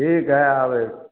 ठीक है आबैत